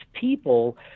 people